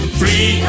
free